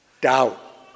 doubt